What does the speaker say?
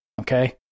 okay